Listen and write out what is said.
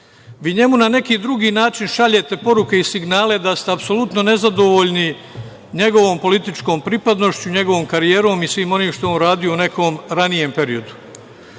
Vi njemu na neki drugi način šaljete poruke i signale da ste apsolutno nezadovoljni njegovom političkom pripadnošću, njegovom karijerom i svim onim što je on radio u nekom ranijem periodu.